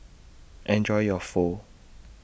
Enjoy your Pho